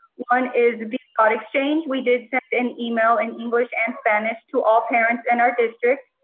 one is the thought exchange. we did send an email in english and spanish to all parents in our district.